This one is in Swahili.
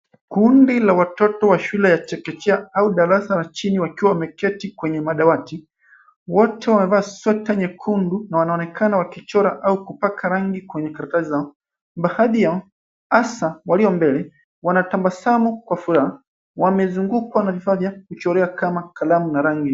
Kundi la watoto wa shule ya kekechea au darasa la chini wakiwa wameketi kwenye madawati. Wote wamevaa sweta nyekundu na wanaonekana wakichora au kupaka rangi kwenye karatasi zao. Baadhi yao hasa walio mbele, wanatabasamu kwa furaha, wamezungukwa na vifaa vya kucholea kama kalamu na rangi.